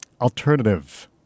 alternative